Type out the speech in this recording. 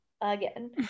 again